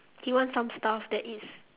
he wants some stuff that it's